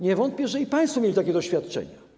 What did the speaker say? Nie wątpię, że i państwo mieli takie doświadczenia.